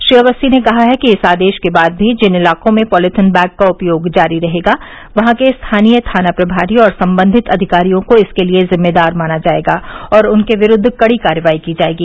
श्री अवस्थी ने कहा है कि इस आदेश के बाद भी जिन इलाकों में पॉलिथीन बैग का उपयोग जारी रहेगा वहां के स्थानीय थाना प्रभारी और संबंधित अधिकारियों को इसके लिये ज़िम्मेदार माना जायेगा और उनके विरूद्व कड़ी कार्रवाई की जायेगी